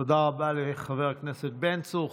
תודה רבה לחבר הכנסת בן צור.